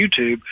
youtube